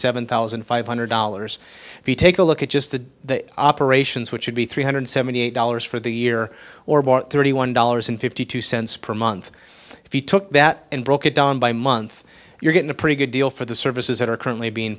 seven thousand five hundred dollars if you take a look at just the operations which would be three hundred seventy eight dollars for the year or thirty one dollars and fifty two cents per month if you took that and broke it down by month you're getting a pretty good deal for the services that are currently being